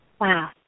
Wow